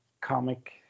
comic